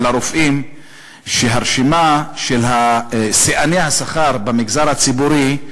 שהרשימה של שיאני השכר במגזר הציבורי,